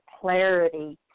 clarity